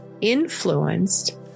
influenced